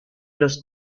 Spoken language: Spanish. los